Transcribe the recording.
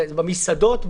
במסעדות,